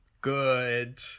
good